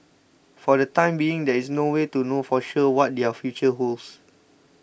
for the time being there is no way to know for sure what their future holds